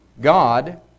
God